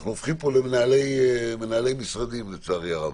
אנחנו הופכים פה למנהלי משרדים, לצערי הרב,